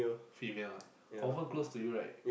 female ah confirm close to you right